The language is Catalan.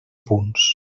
punts